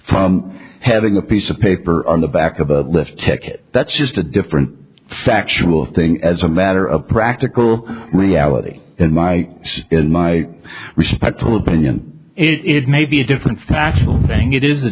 from having a piece of paper on the back of a lift ticket that's just a different factual thing as a matter of practical reality in my my respectful opinion it may be a different factual thing it is